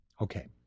Okay